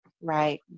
Right